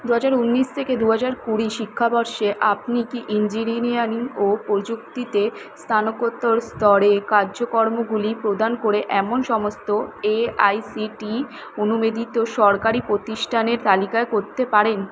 দু হাজার ঊনিশ থেকে দু হাজার কুড়ি শিক্ষাবর্ষে আপনি কি ইঞ্জিনিয়ারিং ও প্রযুক্তিতে স্নাতকোত্তর স্তরে কার্যক্রমগুলি প্রদান করে এমন সমস্ত এআইসিটিই অনুমেদিত সরকারি প্রতিষ্ঠানের তালিকা করতে পারেন